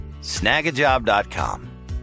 snagajob.com